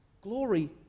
Glory